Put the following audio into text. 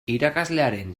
irakaslearen